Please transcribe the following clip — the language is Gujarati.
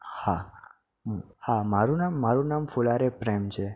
હા હા મારું નામ મારું નામ ફુલારે પ્રેમ છે